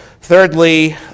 Thirdly